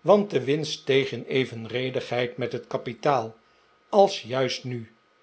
want de winst steeg in eyenredigheid met het kapitaal als juist nu